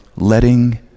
Letting